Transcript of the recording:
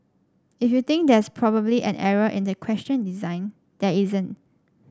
if you think there's probably an error in the question design there isn't